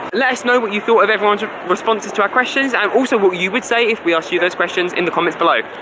let us know what you thought of everyone's responses to our questions, and also what you would say if we asked you those questions in the comments below.